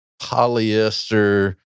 polyester